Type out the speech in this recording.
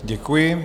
Děkuji.